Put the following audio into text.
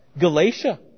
Galatia